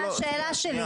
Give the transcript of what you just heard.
אתה לא ענית על השאלה שלי.